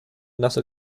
nasse